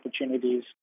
opportunities